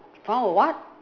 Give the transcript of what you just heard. found a what